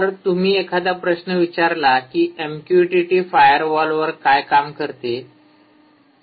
जर तुम्ही एखादा प्रश्न विचारला की एमक्यूटीटी फायरवॉलवर काम करते का